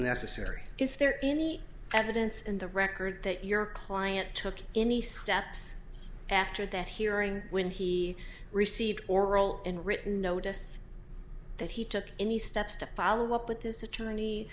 necessary is there any evidence in the record that your client took any steps after that hearing when he received oral and written notice that he took any steps to follow up with this attorney